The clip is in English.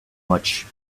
much